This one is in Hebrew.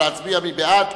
נא להצביע, מי בעד?